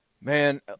Man